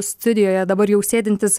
studijoje dabar jau sėdintis